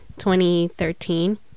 2013